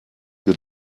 your